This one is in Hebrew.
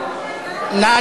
נא